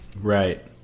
Right